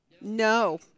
no